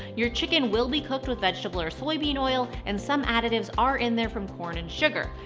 your chicken will be cooked with vegetable or soybean oil, and some additives are in there from corn and sugar.